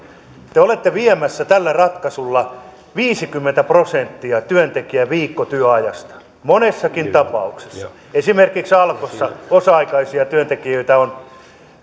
te te olette viemässä tällä ratkaisulla viisikymmentä prosenttia työntekijän viikkotyöajasta monessakin tapauksessa esimerkiksi alkossa osa aikaisia työntekijöitä on